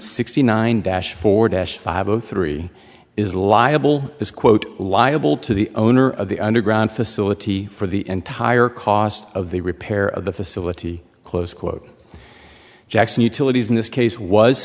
sixty nine dash for dash five o three is liable is quote liable to the owner of the underground facility for the entire cost of the repair of the facility close quote jackson utilities in this case was